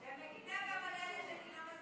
שאני לא מסכימה איתה.